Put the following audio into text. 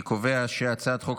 אני קובע שהצעת החוק